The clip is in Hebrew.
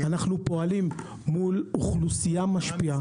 אנחנו פועלים מול אוכלוסייה משפיעה.